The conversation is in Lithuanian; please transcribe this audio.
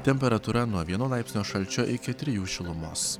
temperatūra nuo vieno laipsnio šalčio iki trijų šilumos